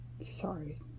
Sorry